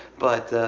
but,